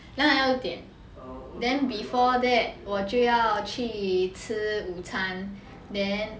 两点到六点 then before that 我就要去吃午餐 then